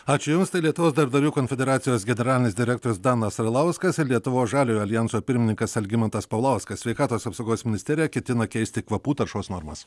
ačiū jums tai lietuvos darbdavių konfederacijos generalinis direktorius danas arlauskas ir lietuvos žaliojo aljanso pirmininkas algimantas paulauskas sveikatos apsaugos ministerija ketina keisti kvapų taršos normas